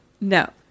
No